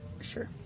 Sure